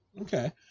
Okay